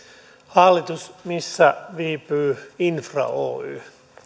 hallitus missä viipyy infra oy